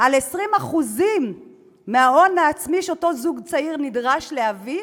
על 20% מההון העצמי שאותו זוג צעיר נדרש להביא?